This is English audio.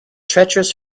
treacherous